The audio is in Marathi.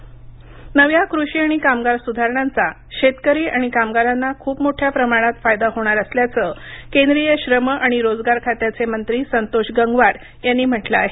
गंगवार नव्या कृषी आणि कामगार सुधारणांचा शेतकरी आणि कामगारांना खूप मोठ्या प्रमाणात फायदा होणार असल्याचं केंद्रीय श्रम आणि रोजगार खात्याचे मंत्री संतोष गंगवार यांनी म्हटलं आहे